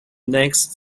next